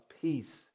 peace